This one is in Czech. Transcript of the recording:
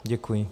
Děkuji.